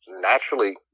naturally